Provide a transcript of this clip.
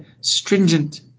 stringent